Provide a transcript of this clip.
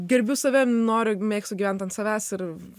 gerbiu save noriu mėgstu gyvent ant savęs ir